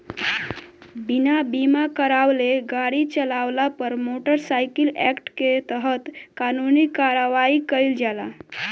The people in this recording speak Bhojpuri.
बिना बीमा करावले गाड़ी चालावला पर मोटर साइकिल एक्ट के तहत कानूनी कार्रवाई कईल जाला